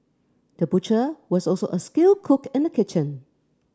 the butcher was also a skilled cook in the kitchen